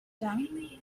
down